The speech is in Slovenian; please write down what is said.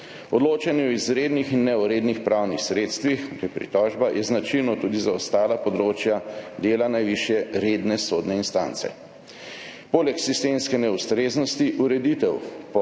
Odločanje o izrednih in ne o rednih pravnih sredstvih pri pritožbah je značilno tudi za ostala področja dela najvišje redne sodne instance. Poleg sistemske neustreznosti ureditev po